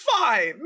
Fine